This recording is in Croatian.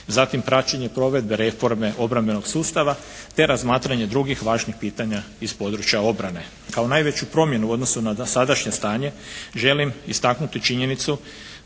zatim praćenje provedbe reforme obrambenog sustava te razmatranje drugih važnih pitanja iz područja obrane. Kao najveću promjenu u odnosu na dosadašnje stanje, želim istaknuti činjenicu